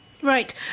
Right